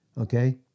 okay